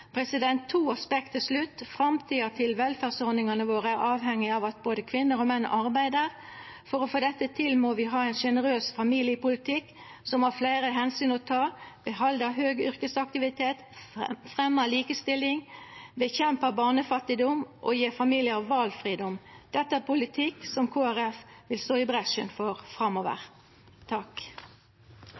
To aspekt til slutt: Framtida til velferdsordningane våre er avhengig av at både kvinner og menn arbeider. For å få dette til må vi ha ein generøs familiepolitikk som har fleire omsyn å ta: behalda høg yrkesaktivitet fremja likestilling kjempa mot barnefattigdom gje familiar valfridom Dette er politikk som Kristeleg Folkeparti vil gå i bresjen for framover.